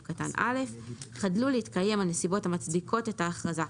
קטן (א); חדלו להתקיים הנסיבות המצדיקות את ההכרזה,